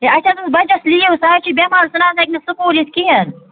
ہے اَسہِ حظ ٲس بَچَس لیٖو سُہ حظ چھُ بٮ۪مار سُہ نہٕ حظ ہٮ۪کہِ نہٕ سکوٗل یِتھ کِہیٖنٛۍ